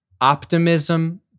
optimism